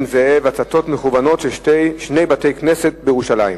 זאב: הצתות מכוונות של שני בתי-כנסת בירושלים,